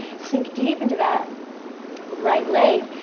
sink deep into that right leg.